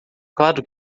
claro